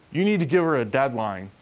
you need to give her a deadline.